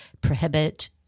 prohibit